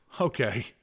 Okay